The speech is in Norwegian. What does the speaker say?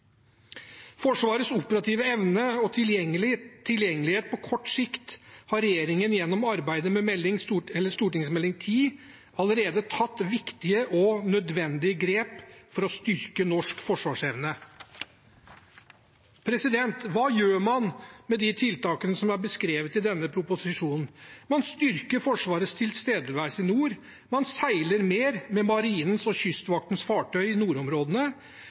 Forsvarets operative evne og tilgjengelighet på kort sikt, har regjeringen gjennom arbeidet med Meld. St. 10 for 2021–2022 allerede tatt viktige og nødvendige grep for å styrke norsk forsvarsevne. Hva gjør man med de tiltakene som er beskrevet i denne proposisjonen? Man styrker Forsvarets tilstedeværelse i nord, man seiler mer med Marinens og Kystvaktens fartøy i nordområdene.